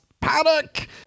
Paddock